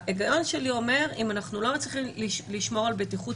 ההיגיון שלי אומר שאם אנחנו לא מצליחים לשמור על בטיחות